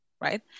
right